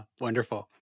Wonderful